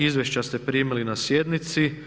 Izvješća ste primili na sjednici.